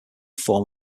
form